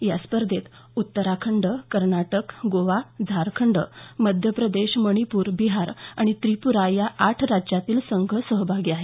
या स्पर्धेत उत्तराखंड कर्नाटक गोवा झारखंड मध्य प्रदेश मणिपूर बिहार आणि त्रिपुरा या आठ राज्यांतील संघ सहभागी आहेत